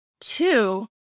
Two